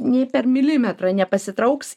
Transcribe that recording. nei per milimetrą nepasitrauks